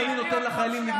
ברגע שאני נותן לחיילים,